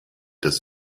das